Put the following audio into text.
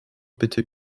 bitte